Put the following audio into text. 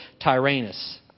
Tyrannus